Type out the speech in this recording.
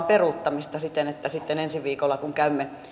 peruuttamista siten että sitten ensi viikolla kun käymme